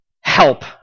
help